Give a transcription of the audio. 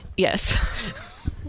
Yes